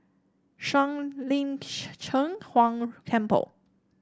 Shuang Lin Cheng Huang Temple